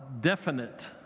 definite